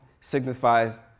signifies